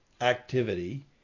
activity